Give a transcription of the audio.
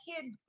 kid